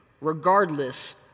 regardless